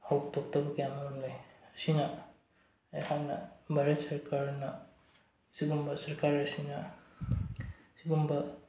ꯍꯧꯗꯣꯛꯇꯕ ꯀꯌꯥ ꯃꯔꯨꯝ ꯂꯩ ꯑꯁꯤꯅ ꯑꯩꯍꯥꯛꯅ ꯚꯥꯥꯔꯠ ꯁꯔꯀꯥꯔꯅ ꯁꯤꯒꯨꯝꯕ ꯁꯔꯀꯥꯔ ꯑꯁꯤꯅ ꯁꯤꯒꯨꯝꯕ